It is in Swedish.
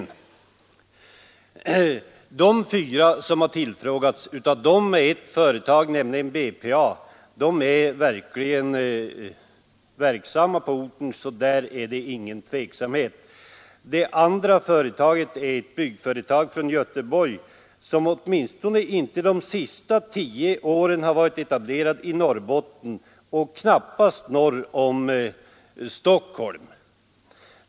Av de fyra som har tillfrågats är ett företag, nämligen BPA, verksamt på orten, så därvidlag finns ingen tveksamhet. Det andra är ett byggföretag från Göteborg som åtminstone inte de senaste tio åren har varit etablerat i Norrbotten och knappast norr om Stockholm.